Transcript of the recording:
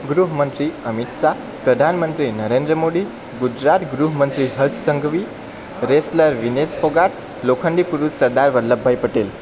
ગૃહ મંત્રી અમિત શાહ પ્રધાન મંત્રી નરેન્દ્ર મોદી ગુજરાત ગૃહ મંત્રી હર્ષ સંઘવી રેસલર વિનેશ ફોગાટ લોખંડી પુરુષ સરદાર વલ્લભભાઈ પટેલ